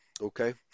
Okay